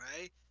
right